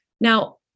Now